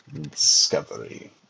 discovery